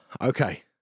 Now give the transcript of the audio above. okay